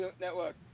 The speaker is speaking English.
network